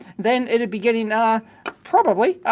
then it'd be getting ah probably,